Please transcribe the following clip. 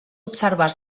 observar